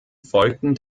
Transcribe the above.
folgten